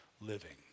living